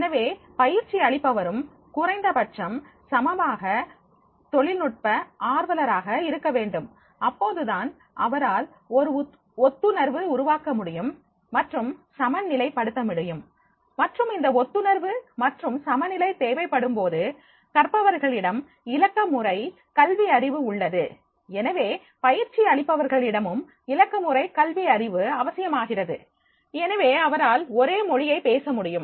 எனவே பயிற்சி அளிப்பவரும் குறைந்தபட்சம் சமமாக தொழில்நுட்ப ஆர்வலராக இருக்கவேண்டும் அப்போதுதான் அவரால் ஒரு ஒத்துணர்வு உருவாக்க முடியும் மற்றும் சமன் நிலை படுத்த முடியும் மற்றும் இந்த ஒத்துணர்வு மற்றும் சமநிலை தேவைப்படும்போது கற்பவர்களிடம் இலக்கமுறை கல்வி அறிவு உள்ளது எனவே பயிற்சி அளிப்பவர்களிடமும் இலக்கமுறை கல்வி அறிவு அவசியமாகிறது எனவே அவரால் ஒரே மொழியை பேச முடியும்